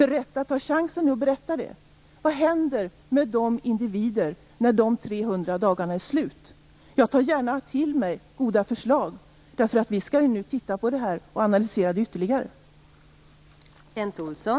Tag nu chansen och berätta vad som händer med dessa individer när de 300 dagarna är slut? Jag tar gärna till mig goda förslag. Vi skall nu se på detta och göra ytterligare analyser.